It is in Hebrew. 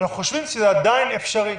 אנחנו חושבים שזה עדיין אפשרי.